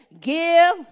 give